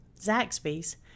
Zaxby's